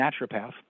naturopath